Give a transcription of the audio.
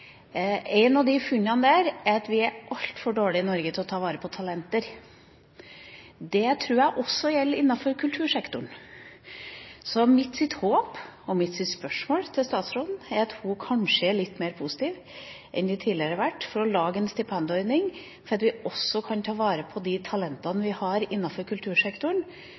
TIMSS-undersøkelsen. Et av funnene der er at vi er altfor dårlige i Norge til å ta vare på talenter. Det tror jeg også gjelder innenfor kultursektoren. Så mitt håp og mitt spørsmål til statsråden er at hun kanskje er litt mer positiv enn en tidligere har vært, til å lage en stipendordning som også kan ta vare på de talentene vi har innenfor kultursektoren,